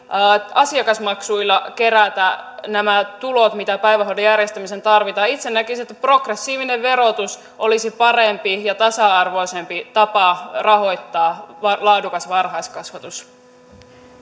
asiakasmaksuilla kerätä nämä tulot mitä päivähoidon järjestämiseen tarvitaan itse näkisin että progressiivinen verotus olisi parempi ja tasa arvoisempi tapa rahoittaa laadukas varhaiskasvatus